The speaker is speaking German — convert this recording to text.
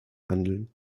handeln